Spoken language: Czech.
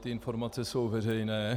Tyhle informace jsou veřejné.